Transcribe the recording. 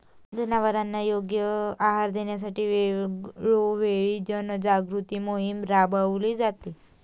जनावरांना योग्य आहार देण्यासाठी वेळोवेळी जनजागृती मोहीम राबविली जाते